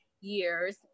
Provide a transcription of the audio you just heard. years